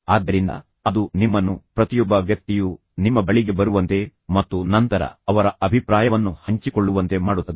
ಆದ್ದರಿಂದ ಅದು ನಿಮ್ಮನ್ನು ಪ್ರತಿಯೊಬ್ಬ ವ್ಯಕ್ತಿಯು ನಿಮ್ಮ ಬಳಿಗೆ ಬರುವಂತೆ ಮತ್ತು ನಂತರ ಅವರ ಅಭಿಪ್ರಾಯವನ್ನು ಹಂಚಿಕೊಳ್ಳುವಂತೆ ಮಾಡುತ್ತದೆ